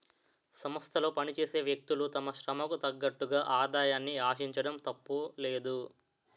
సంస్థలో పనిచేసే వ్యక్తులు తమ శ్రమకు తగ్గట్టుగా ఆదాయాన్ని ఆశించడం తప్పులేదు